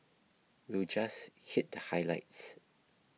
we'll just hit the highlights